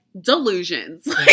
delusions